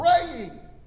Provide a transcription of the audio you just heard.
praying